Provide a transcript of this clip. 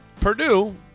Purdue